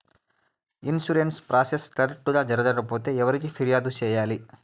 insurance process correct గా జరగకపోతే ఎవరికి ఫిర్యాదు సేయాలి